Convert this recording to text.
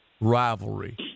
rivalry